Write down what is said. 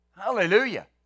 Hallelujah